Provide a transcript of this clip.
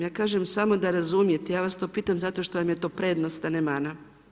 Ja kažem, samo da razumijete, ja vas to pitam zato što vam je to prednost, a ne mana.